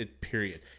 period